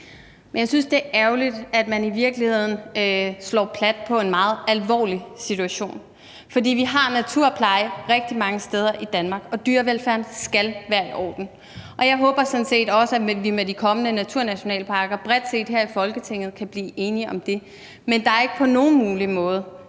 Jeg synes, det er ærgerligt, at man i virkeligheden slår plat på en meget alvorlig situation. For vi har naturpleje rigtig mange steder i Danmark, og dyrevelfærden skal være i orden. Jeg håber sådan set også, at vi med de kommende naturnationalparker bredt set her i Folketinget kan blive enige om det. Men der er ikke på nogen måde